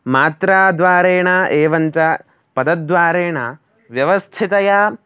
मात्राद्वारेण एवं च पदद्वारेण व्यवस्थितया